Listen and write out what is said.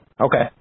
Okay